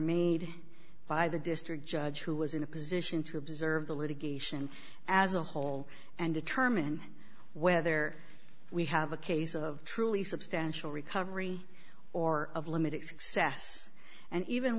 made by the district judge who was in a position to observe the litigation as a whole and determine whether we have a case of truly substantial recovery or of limited